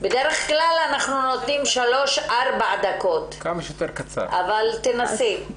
בדרך כלל אנחנו נותנים 3 4 דקות, אבל תנסי.